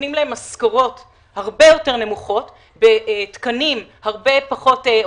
נותנים להן משכורות הרבה יותר נמוכות בתקנים זוטרים